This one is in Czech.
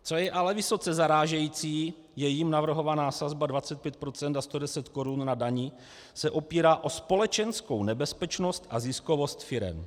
Co je ale vysoce zarážející, je jím navrhovaná sazba 25 procent a 110 korun na dani se opírá o společenskou nebezpečnost a ziskovost firem.